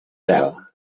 pèl